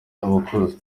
abakozi